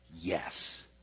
Yes